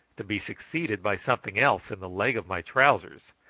to be succeeded by something else in the leg of my trousers,